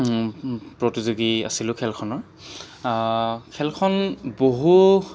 প্ৰতিযোগী আছিলোঁ খেলখনৰ খেলখন বহু